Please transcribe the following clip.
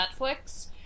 netflix